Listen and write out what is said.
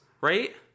right